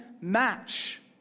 match